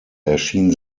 erschien